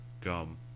Gum